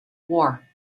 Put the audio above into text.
war